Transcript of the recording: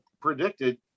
predicted